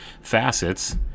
facets